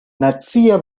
nacia